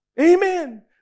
Amen